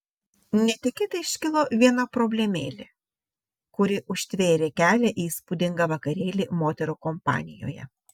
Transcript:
netikėtai iškilo viena problemėlė kuri užtvėrė kelią į įspūdingą vakarėlį moterų kompanijoje